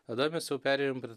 tada mes jau perėjom pri